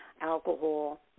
alcohol